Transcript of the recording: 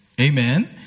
Amen